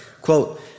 Quote